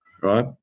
right